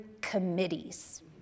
committees